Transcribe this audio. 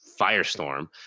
firestorm